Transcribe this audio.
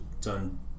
done